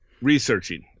researching